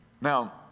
Now